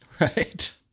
Right